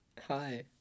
Hi